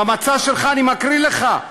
במצע שלך, אני מקריא לך: